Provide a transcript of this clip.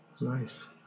Nice